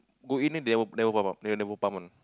go in then ne~ they never pump one